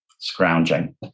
scrounging